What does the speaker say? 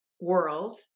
world